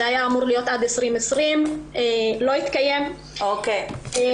אך לא הגיעו ליעד.